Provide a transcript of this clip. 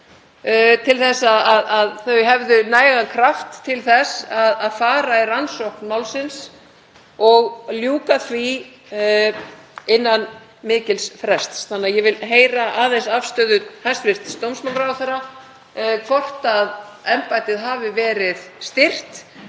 til þess að þau hefðu nægan kraft til þess að fara í rannsókn málsins og ljúka því innan mikils frests. Ég vil heyra aðeins afstöðu hæstv. dómsmálaráðherra, hvort að embættið hafi verið styrkt